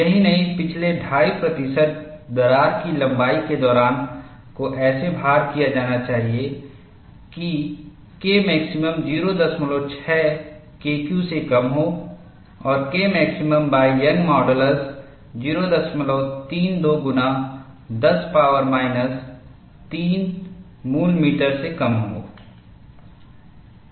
यही नहीं पिछले 25 प्रतिशत दरार की लंबाई के दौरान को ऐसे भार किया जाना चाहिए कि Kmaximum 06 KQ से कम हो और Kmaximum Young modulus young's modulus 032 गुना 10 पावर माइनस 3 मूल मीटर से कम हो